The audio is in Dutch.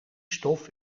stof